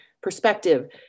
perspective